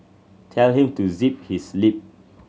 tell him to zip his lip